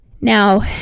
Now